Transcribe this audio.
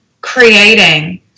creating